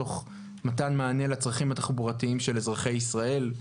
וזאת תוך מתן מענה לצרכים התחבורתיים של אזרחי ישראל.